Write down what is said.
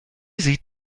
sieht